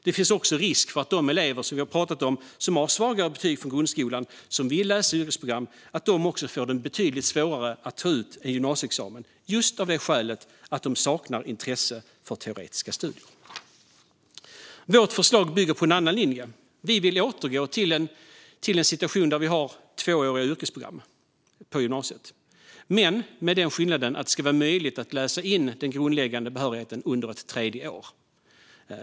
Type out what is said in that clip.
Det finns också risk för att de elever som vi har pratat om, som har svagare betyg från grundskolan och som vill läsa yrkesprogram, får betydligt svårare att ta ut en gymnasieexamen av det skälet att de saknar intresse för teoretiska studier. Vårt förslag bygger på en annan linje. Vi vill återgå till en situation där vi har tvååriga yrkesprogram på gymnasiet, men med den skillnaden att det ska vara möjligt att läsa in den grundläggande behörigheten under ett tredje år.